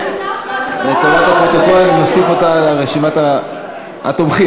לטובת הפרוטוקול אני מוסיף אותה לרשימת התומכים.